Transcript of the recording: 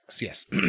yes